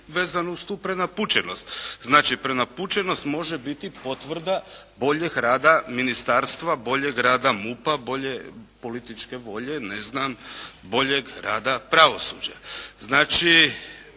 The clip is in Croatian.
vezano uz tu prenapučenost. Znači prenapučenost može biti potvrda boljeg rada Ministarstva, boljeg rada MUP-a, bolje političke volje, ne znam, boljeg rada pravosuđa. Znači,